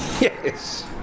Yes